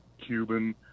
Cuban